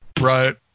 Right